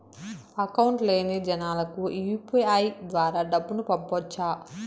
Account లేని జనాలకు UPI ద్వారా డబ్బును పంపొచ్చా?